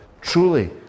truly